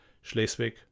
Schleswig